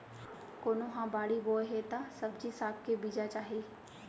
कोनो ह बाड़ी बोए हे त सब्जी साग के बीजा चाही